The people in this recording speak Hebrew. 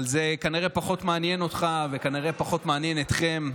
אבל זה כנראה פחות מעניין אותך וכנראה פחות מעניין אתכם,